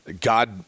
God